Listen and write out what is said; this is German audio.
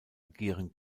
agieren